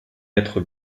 être